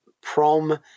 prom